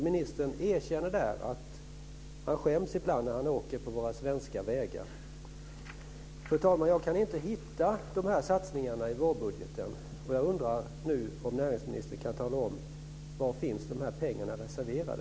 Ministern erkänner där att han skäms ibland när han åker på våra svenska vägar. Fru talman! Jag kan inte hitta de här satsningarna i vårbudgeten, och jag undrar nu om näringsministern kan tala om var de här pengarna finns reserverade.